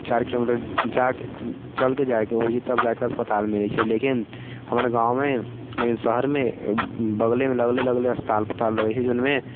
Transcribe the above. चार किलोमीटर जाकऽ चलकऽ जाइके होइ छै तब जाकऽ अस्पताल मिलै छै लेकिन हमरा गाँवमे लेकिन शहरमे बगलेमे लगले लगले अस्पताल रहै छै जौनमे